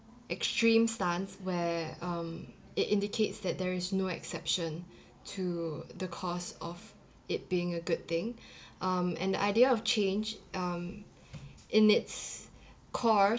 extreme stance where um it indicates that there is no exception to the cause of it being a good thing um and the idea of change um in its core